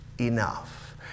enough